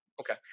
Okay